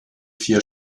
vier